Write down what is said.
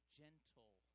gentle